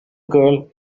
girl